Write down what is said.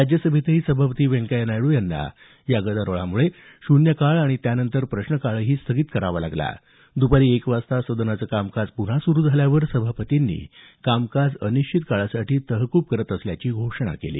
राज्यसभेतही सभापती व्यंकय्या नायडू यांना या गदारोळामुळे शून्यकाळ आणि त्यानंतर प्रश्नकाळही स्थगित करावा लागला दुपारी एक वाजता सदनाचं कामकाज पुन्हा सुरू झाल्यावर सभापतींनी कामकाज अनिश्चित काळासाठी तहकूब करत असल्याची घोषणा केली